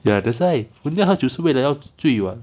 ya that's why 人家喝酒是为了要醉 [what]